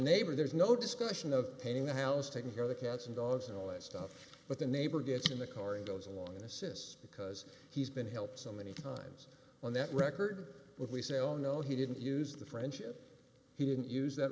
neighbor there's no discussion of painting the house taking care of the cats and dogs and all that stuff but the neighbor gets in the car and goes along assists because he's been helped so many times on that record when we say oh no he didn't use the friendship he didn't use that